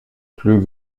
plus